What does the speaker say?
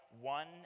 one